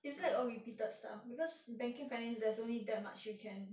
it's like all repeated stuff because banking and finance there's only that much you can